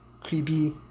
Creepy